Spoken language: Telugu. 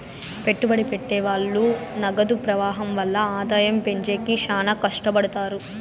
పెట్టుబడి పెట్టె వాళ్ళు నగదు ప్రవాహం వల్ల ఆదాయం పెంచేకి శ్యానా కట్టపడుతారు